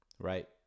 Right